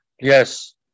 Yes